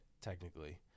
technically